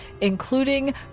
including